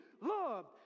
loved